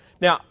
Now